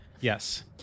yes